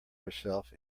herself